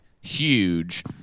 huge